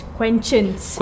questions